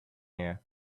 here